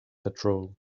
patrol